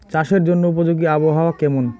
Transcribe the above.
চাষের জন্য উপযোগী আবহাওয়া কেমন?